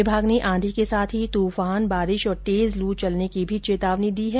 विभाग ने आंधी के साथ ही तूफान बारिश और तेज लू चलने की भी चेतावनी दी है